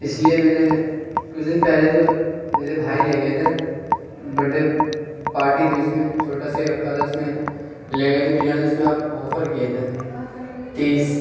اس لیے میں نے کچھ دن پہلے تو میرے بھائی لے گئے تھے برتھ ڈے پارٹی تھی اس میں چھوٹا سا ہی رکھا تھا جس میں لے گئے تھے بریانی اس میں آپ آفر کیے تھے تیس